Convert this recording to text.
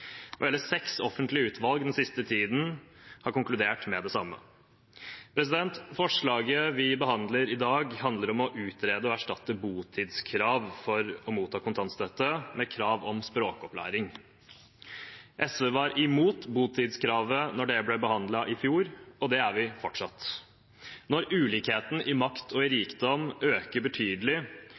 seks offentlige utvalg har den siste tiden konkludert med det samme. Forslaget vi behandler i dag, handler om å utrede og erstatte botidskrav for å motta kontantstøtte med krav om språkopplæring. SV var imot botidskravet da det ble behandlet i fjor, og det er vi fortsatt. Når ulikheten i makt og rikdom øker betydelig,